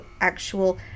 actual